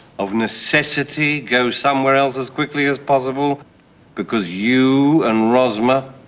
of necessity, go somewhere else as quickly as possible because you and rosmer?